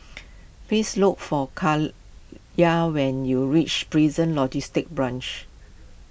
please look for Kiya when you reach Prison Logistic Branch